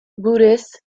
buddhists